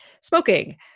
smoking